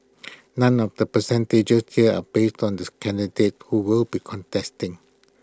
none of the percentages here are based on this candidates who will be contesting